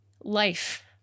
life